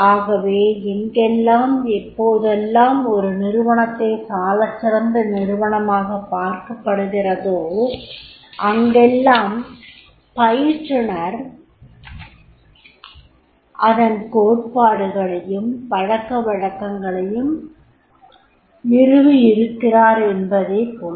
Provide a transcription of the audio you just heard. ஆகவே எங்கெல்லாம் எப்போதெல்லாம் ஒரு நிறுவனத்தை சாலச்சிறந்த நிறுவனமாகப் பார்க்கப்படுகிறதோ அங்கெல்லாம் பயிற்றுனர் அதன் கோட்பாடுகளையும் பழக்கவழக்கங்களையும் நிருவியிருக்கிறார் என்பதே பொருள்